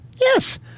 Yes